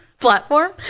platform